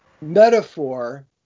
metaphor